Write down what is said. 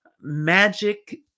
magic